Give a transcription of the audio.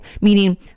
Meaning